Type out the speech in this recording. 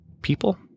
people